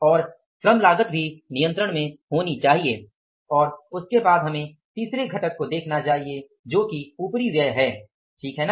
और श्रम लागत भी नियंत्रण में होनी चाहिए और उसके बाद हमें तीसरे घटक को देखना चाहिए जो कि उपरिव्यय है है ना